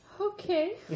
Okay